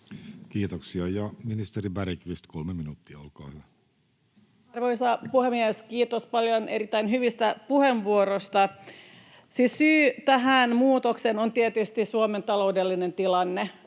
Kiitoksia. — Ja ministeri Bergqvist, kolme minuuttia, olkaa hyvä. Arvoisa puhemies! Kiitos paljon erittäin hyvistä puheenvuoroista. — Se syy tähän muutokseen on tietysti Suomen taloudellinen tilanne.